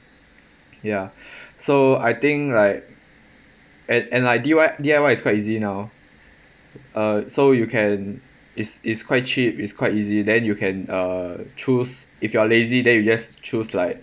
ya so I think like and and like D_I D_I_Y is quite easy now uh so you can is is quite cheap is quite easy then you can uh choose if you are lazy then you just choose like